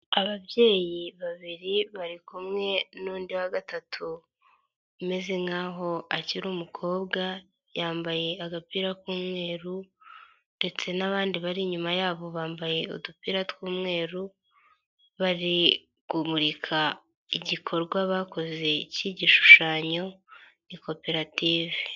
Ababyeyi babiri bari kumwe n'undi wa gatatu umezeze nk'aho akiri umukobwa, yambaye agapira k'umweru ndetse n'abandi bari inyuma yabo bambaye udupira tw'umweru, bari kumurika igikorwa bakoze cy'ikigishushanyo, ni koperative.